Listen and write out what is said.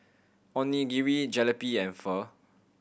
Onigiri Jalebi and Pho